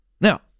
Now